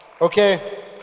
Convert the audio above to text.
Okay